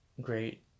great